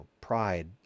pride